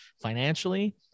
financially